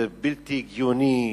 זה בלתי הגיוני,